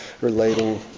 relating